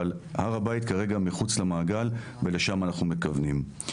אבל הר הבית כרגע מחוץ למעגל ולשם אנחנו מכוונים.